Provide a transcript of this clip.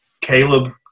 Caleb